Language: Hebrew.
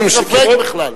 אין ספק בכלל.